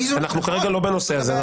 אנחנו כרגע לא בנושא הזה.